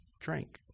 Drank